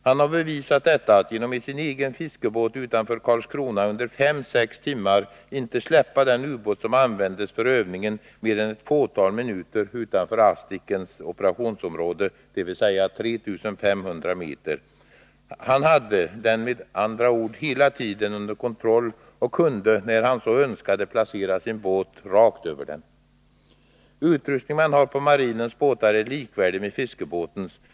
Han har bevisat detta genom att med sin egen fiskebåt utanför Karlskrona under 5-6 timmar inte släppa den ubåt som användes för övningen mer än ett fåtal minuter utanför asdicens operationsområde, dvs. 3 500 m. Han hade den med andra ord hela tiden under kontroll och kunde när han så önskade placera sin båt rakt över den. Utrustningen man har på marinens båtar är likvärdig med fiskebåtens.